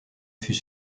fut